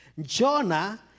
Jonah